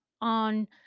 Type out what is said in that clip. on